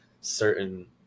certain